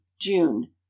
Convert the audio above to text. June